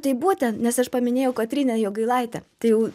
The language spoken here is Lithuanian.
tai būtent nes aš paminėjau kotryną jogailaitę tai jau